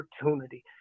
opportunity